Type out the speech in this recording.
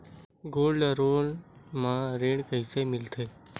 Gold loan म ऋण कइसे मिलथे?